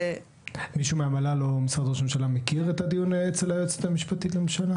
מישהו מהמל"ל או משרד ראש הממשלה מכיר את הדיון אצל היועמ"ש לממשלה?